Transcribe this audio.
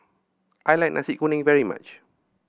I like Nasi Kuning very much